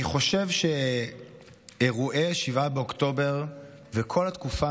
אני חושב שאירועי 7 באוקטובר וכל התקופה